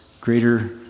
greater